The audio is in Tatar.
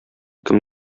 кем